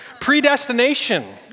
Predestination